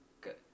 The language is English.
good